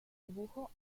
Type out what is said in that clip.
dibujo